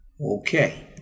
Okay